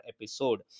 episode